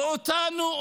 ואותנו,